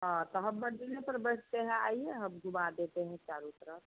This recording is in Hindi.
हँ तो हम मंदिर पर बैठते हैं आइए हम घूमा देते हैं चारों तरफ़